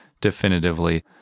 definitively